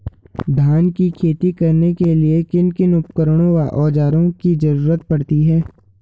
धान की खेती करने के लिए किन किन उपकरणों व औज़ारों की जरूरत पड़ती है?